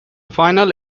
final